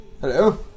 Hello